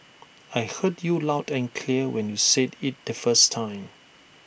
I heard you loud and clear when you said IT the first time